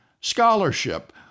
scholarship